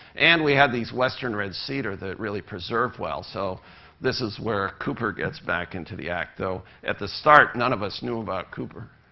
and we had these western red cedar that really preserved well, so this is where cooper gets back into the act, though at the start, none of us knew about cooper.